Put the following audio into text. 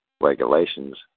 Regulations